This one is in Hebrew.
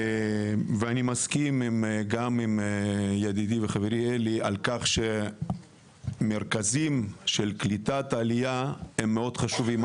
אני מסכים עם ידידי וחברי אלי שמרכזים לקליטת עלייה הם מאוד חשובים.